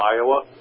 Iowa